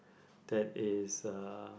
that is a